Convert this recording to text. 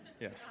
Yes